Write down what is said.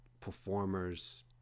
performers